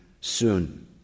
soon